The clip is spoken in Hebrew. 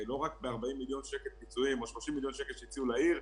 לא רק ב-40 מיליון שקל פיצויים או 30 מיליון שקל שהציעו לעיר,